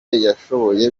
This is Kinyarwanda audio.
yashoboye